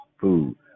food